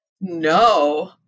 No